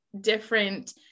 different